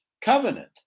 covenant